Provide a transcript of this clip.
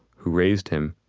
who raised him,